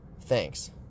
Thanks